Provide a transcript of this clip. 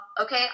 okay